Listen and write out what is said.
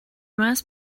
must